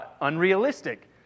unrealistic